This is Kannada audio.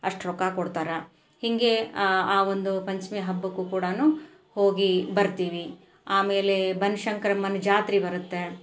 ಅಷ್ಟು ರೊಕ್ಕ ಕೊಡ್ತಾರೆ ಹೀಗೆ ಆ ಒಂದು ಪಂಚಮಿ ಹಬ್ಬಕ್ಕು ಕೂಡ ಹೋಗಿ ಬರ್ತೀವಿ ಆಮೇಲೆ ಬನ್ಶಂಕ್ರಮ್ಮನ ಜಾತ್ರೆ ಬರುತ್ತೆ